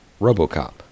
Robocop